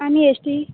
आणि एश टी